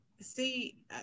See